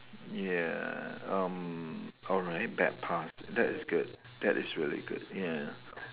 ya um alright bad past that is good that is really good ya